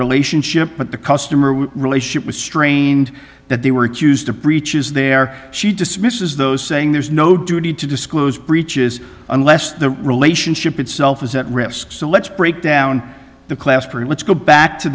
relationship but the customer relationship was strained that they were accused of breaches there she dismisses those saying there's no duty to disclose breaches unless the relationship itself is at risk so let's break down the clasp or let's go back to